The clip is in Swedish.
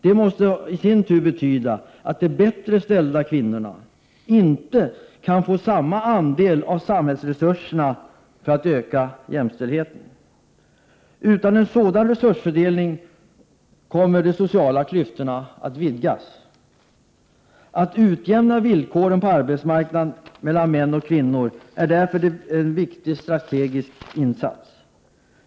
Det måste i sin tur betyda att de bättre ställda kvinnorna inte kan få samma andel av samhällsresurserna för att öka jämställdheten. Utan en sådan resursfördelning kommer de sociala klyftorna att vidgas. Att utjämna villkoren på arbetsmarknaden mellan kvinnor och män är därför en viktig strategisk insats.